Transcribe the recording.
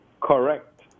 correct